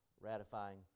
ratifying